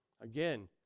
Again